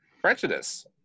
prejudice